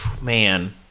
Man